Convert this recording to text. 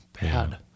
bad